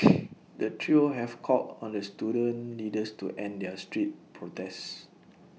the trio have called on the student leaders to end their street protests